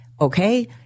Okay